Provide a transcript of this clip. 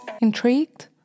Intrigued